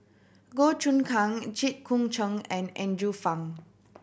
Goh Choon Kang Jit Koon Ch'ng and Andrew Phang